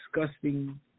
disgusting